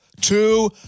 two